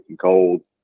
cold